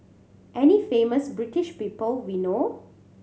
any famous British people we know